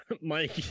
mike